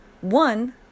one